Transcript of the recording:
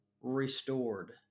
restored